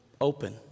Open